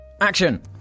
Action